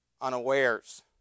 unawares